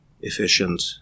efficient